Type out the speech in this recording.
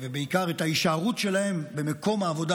ובעיקר את ההישארות שלהם במקום העבודה